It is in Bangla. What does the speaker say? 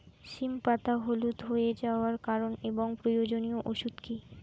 সিম পাতা হলুদ হয়ে যাওয়ার কারণ এবং প্রয়োজনীয় ওষুধ কি?